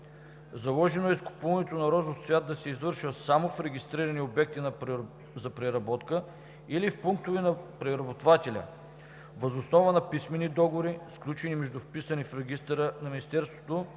Заложено е изкупуването на розов цвят да се извършва само в регистрирани обекти за преработка или в пунктове на преработвателя въз основа на писмени договори, сключени между вписани в регистъра на Министерството